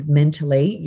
mentally